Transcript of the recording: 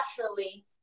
naturally